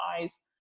eyes